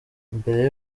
mbere